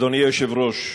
אדוני היושב-ראש,